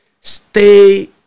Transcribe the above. stay